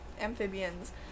amphibians